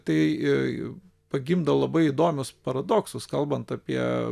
tai pagimdo labai įdomius paradoksus kalbant apie